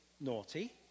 naughty